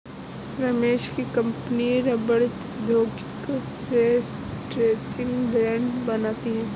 रमेश की कंपनी रबड़ प्रौद्योगिकी से स्ट्रैचिंग बैंड बनाती है